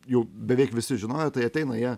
jau beveik visi žinojo tai ateina jie